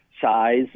size